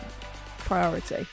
priority